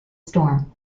storm